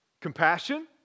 Compassion